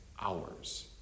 hours